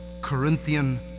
Corinthian